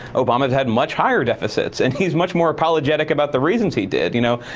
obama's had much higher deficits. and he's much more apologetic about the reasons he did, you know.